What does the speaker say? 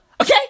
Okay